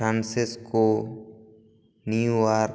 Francisco New York